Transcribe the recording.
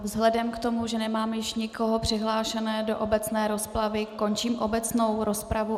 Vzhledem k tomu, že nemám už nikoho přihlášeného do obecné rozpravy, končím obecnou rozpravu.